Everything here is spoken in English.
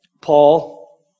Paul